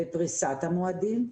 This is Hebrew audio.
בפריסת המועדים.